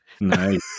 Nice